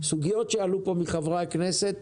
סוגיות שעלו פה מחברי הכנסת,